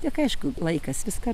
tik aišku laikas viską